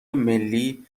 ملی